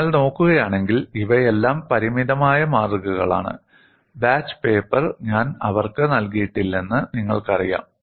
നിങ്ങൾ നോക്കുകയാണെങ്കിൽ ഇവയെല്ലാം പരിമിതമായ മാതൃകകളാണ് ബാച്ച് പേപ്പർ ഞാൻ അവർക്ക് നൽകിയിട്ടില്ലെന്ന് നിങ്ങൾക്കറിയാം